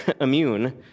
immune